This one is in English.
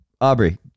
Aubrey